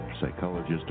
psychologist